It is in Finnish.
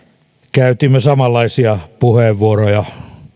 käytimme samanlaisia puheenvuoroja